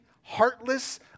heartless